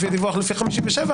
לפי הדיווח לפי 57,